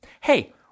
Hey